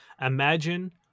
imagine